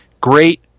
Great